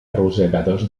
rosegadors